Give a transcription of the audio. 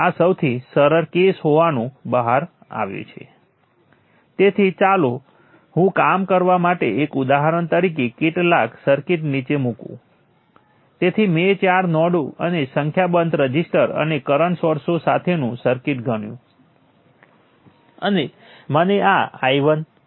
મારો મતલબ છે કે આ નજીવી લાગે છે પરંતુ આ તમામ બ્રાન્ચ વોલ્ટેજ શોધવાની માત્ર એક સિસ્ટેમેટિક રીત છે અને જે મોટી સર્કિટ ઉપર પણ એપ્લાય કરી શકાય છે